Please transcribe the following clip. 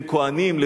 בין כוהנים,